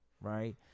right